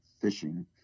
fishing